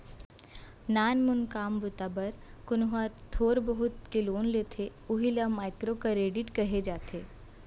नानमून काम बूता बर कोनो ह थोर बहुत के लोन लेथे उही ल माइक्रो करेडिट कहे जाथे